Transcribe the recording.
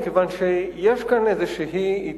מכיוון שיש כאן איזו התעלמות